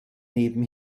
neben